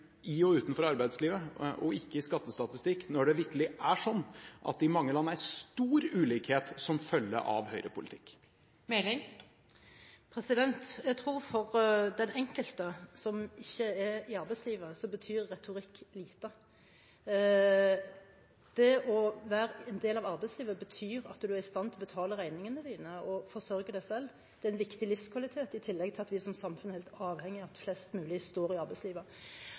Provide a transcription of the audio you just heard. i og utenfor arbeidslivet og ikke i skattestatistikk, når det vitterlig er sånn at det i mange land er stor ulikhet som følge av høyrepolitikk? Jeg tror for den enkelte som ikke er i arbeidslivet, betyr retorikk lite. Det å være en del av arbeidslivet betyr at du er i stand til å betale regningene dine og forsørge deg selv. Det er en viktig livskvalitet, i tillegg til at vi som samfunn er helt avhengig av at flest mulig er i arbeidslivet.